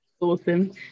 awesome